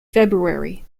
february